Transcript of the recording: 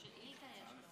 גברתי היושבת בראש,